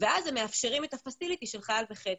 ואז הם מאפשרים חייל בחדר.